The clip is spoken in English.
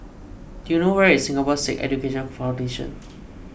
do you know where is Singapore Sikh Education Foundation